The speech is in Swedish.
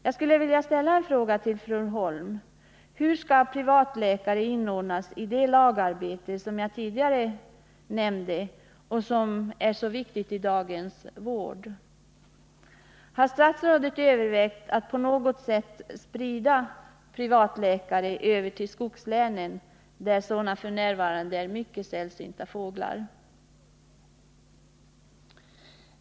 Jag vill ställa två frågor till fru Holm: Hur skall privata läkare inordnas i det lagarbete som jag tidigare nämnde och som är så viktigt i dagens vård? Har statsrådet övervägt att på något sätt sprida privatläkare över till skogslänen, där sådana f. n. är mycket ”sällsynta fåglar”?